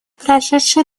прошедший